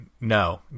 no